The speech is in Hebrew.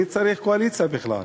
מי צריך קואליציה בכלל?